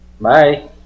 Bye